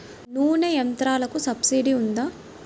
నూనె యంత్రాలకు సబ్సిడీ ఉందా?